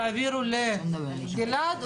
תעבירו לגלעד,